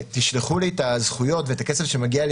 תשלחו לי את הזכויות ואת הכסף שמגיע לי